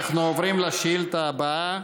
אנחנו עוברים לשאילתה הבאה.